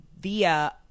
via